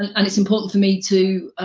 and and it's important for me to,